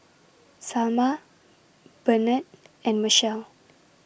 Salma Bernard and Machelle